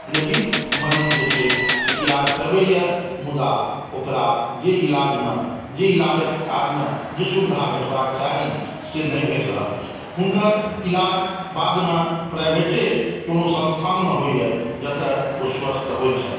लेकिन मरीज़ जे छै से इलाज करबैया मुदा ओकरा जे इलाजमे जे इलाजक कारणे जे सुविधा भेंटबाक चाही से नहि भेट रहल अछि हुनकर इलाज बादमे प्राइवटे कोनो संस्थानमे होइया जतय ओ स्वस्थ होइ छथि